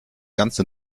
ganze